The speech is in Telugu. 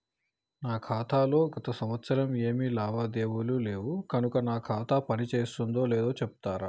నా ఖాతా లో గత సంవత్సరం ఏమి లావాదేవీలు లేవు కనుక నా ఖాతా పని చేస్తుందో లేదో చెప్తరా?